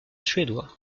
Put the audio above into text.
suédois